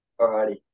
Alrighty